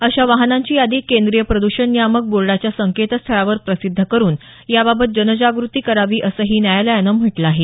अशा वाहनांची यादी केंद्रीय प्रद्षण नियामक बोर्डाच्या संकेतस्थळावर प्रसिध्दी करून याबाबत जनजागृती करावी असंही न्यायालयानं म्हटलं आहे